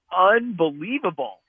unbelievable